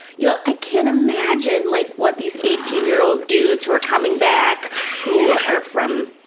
you know, i can't imagine like what these eighteen year old dudes who are coming back who are from,